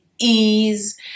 ease